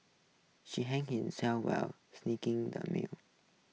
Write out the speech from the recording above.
she hurt himself while slicing the meat